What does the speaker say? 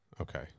Okay